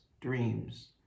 dreams